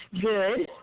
good